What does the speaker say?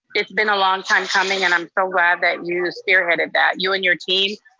it's been a long time coming and i'm so glad that you spearheaded that. you and your team,